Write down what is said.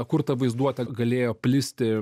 kur ta vaizduotė galėjo plisti